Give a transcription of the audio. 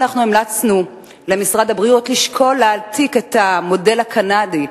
אנחנו המלצנו למשרד הבריאות לשקול להעתיק את המודל הקנדי,